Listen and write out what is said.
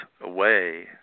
away